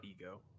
Ego